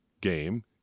game